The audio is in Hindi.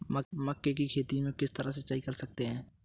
मक्के की खेती में किस तरह सिंचाई कर सकते हैं?